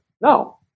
No